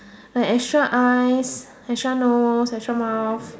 like extra eyes extra nose extra mouth